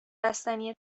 بستنی